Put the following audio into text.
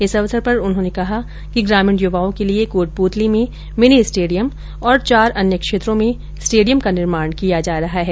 इस अवसर पर उन्होंने कहा कि ग्रामीण युवाओं के लिये कोटपूतली में मिनी स्टेडियम और चार अन्य क्षेत्रों में स्टेडियम का निर्माण किया जा रहा है